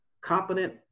competent